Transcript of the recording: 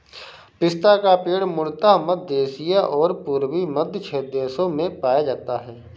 पिस्ता का पेड़ मूलतः मध्य एशिया और पूर्वी मध्य देशों में पाया जाता है